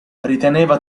riteneva